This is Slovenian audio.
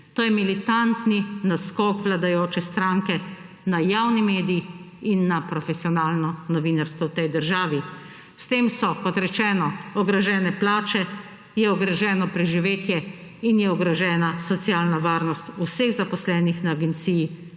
To je militantni naskok vladajoče stranke na javni medij in na profesionalno novinarstvo v tej državi. S tem so, kot rečeno, ogrožene plače, je ogroženo preživetje in je ogrožena socialna varnost vseh zaposlenih na agenciji,